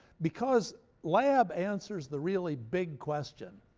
because lab answers the really big question.